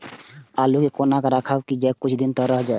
आलू के कोना राखल जाय की कुछ दिन रह जाय?